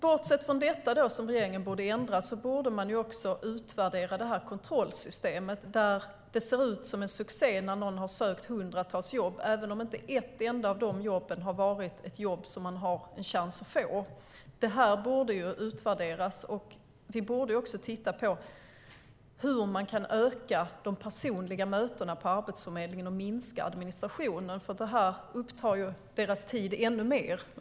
Bortsett från detta, som regeringen borde ändra, borde man också utvärdera kontrollsystemet, där det ser ut som en succé när någon har sökt hundratals jobb, även om man inte har en chans att få något enda av de jobben. Det borde utvärderas. Vi borde också titta på hur man kan öka de personliga mötena på Arbetsförmedlingen och minska administrationen. De administrativa uppgifterna upptar ju deras tid ännu mer.